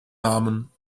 namen